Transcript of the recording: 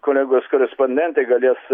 kolegos korespondentai galės